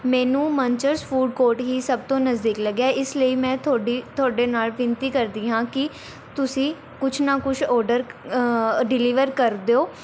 ਮੈਨੂੰ ਮਨਚਰਜ food court ਹੀ ਸਭ ਤੋਂ ਨਜ਼ਦੀਕ ਲੱਗਿਆ ਇਸ ਲਈ ਮੈਂ ਤੁਹਾਡੀ ਤੁਹਾਡੇ ਨਾਲ ਬੇਨਤੀ ਕਰਦੀ ਹਾਂ ਕਿ ਤੁਸੀਂ ਕੁਛ ਨਾ ਕੁਛ ਔਡਰ ਡਿਲੀਵਰ ਕਰ ਦਿਓ